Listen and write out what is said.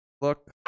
look